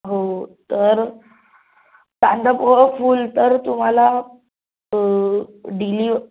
हो तर कांदापोहं फुल तर तुम्हाला डिलीव